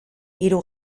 hiru